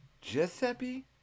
Giuseppe